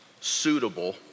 suitable